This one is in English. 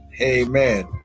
Amen